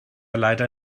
leider